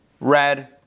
red